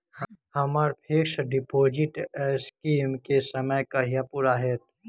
हम्मर fix deposit scheme केँ समय कहिया पूरा हैत?